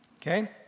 Okay